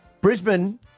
Brisbane